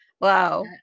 wow